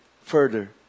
further